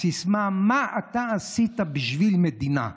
הסיסמה: מה אתה עשית בשביל מדינה?